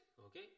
okay